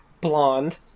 Blonde